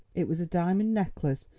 it was a diamond necklace,